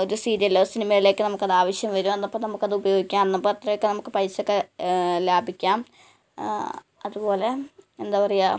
ഒരു സീരിയലിലോ സിനിമയിലേക്കോ നമുക്ക് അത് ആവശ്യം വരും അന്നപ്പോൾ നമുക്ക് അത് ഉപയോഗിക്കാം അന്നപ്പത്തേക്ക് നമുക്ക് പൈസയൊക്കെ ലാഭിക്കാം ആ അതുപോലെ എന്താണ് പറയുക